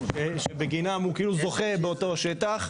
שבגינן הוא כאילו 'זוכה' באותו שטח.